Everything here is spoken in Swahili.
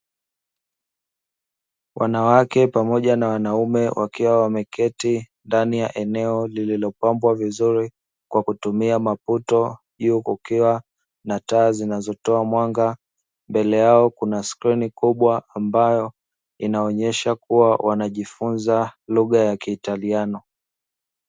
Wanawake pamoja na wanaume wakiwa wameketi ndani ya eneo lililopambwa vizuri. Kwa kutumia maputo, juu kukiwa na taa zinazotoa mwanga. Mbele yao kuna skrini kubwa ambayo inaonyesha kuwa wanajifunza lugha ya Kiitaliano.